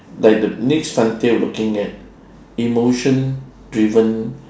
like the next looking at emotion driven